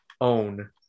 own